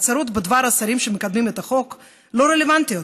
ההצהרות בדבר השרים שמקדמים את החוק לא רלוונטיות.